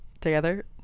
together